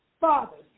fathers